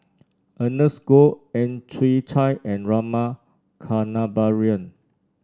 Ernest Goh Ang Chwee Chai and Rama Kannabiran